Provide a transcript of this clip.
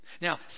Now